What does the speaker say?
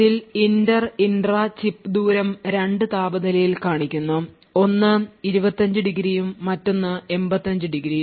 ഇതിൽ inter intra chip ദൂരം രണ്ട് താപനിലയിൽ കാണിക്കുന്നു ഒന്ന് 25° ഉം മറ്റൊന്ന് 85° ഉം ആണ്